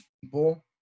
people